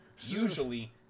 usually